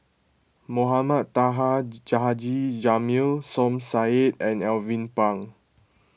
Mohamed Taha Ja Haji Jamil Som Said and Alvin Pang